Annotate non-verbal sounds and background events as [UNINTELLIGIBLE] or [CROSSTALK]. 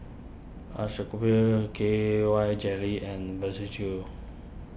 [UNINTELLIGIBLE] K Y Jelly and [UNINTELLIGIBLE]